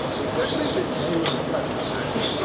we simply detailed the circumstances,